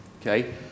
okay